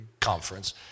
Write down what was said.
conference